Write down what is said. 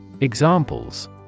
Examples